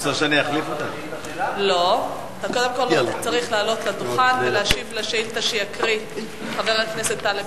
תעלה לדוכן ותשיב על שאילתא שיקרא חבר הכנסת טלב